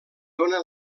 dóna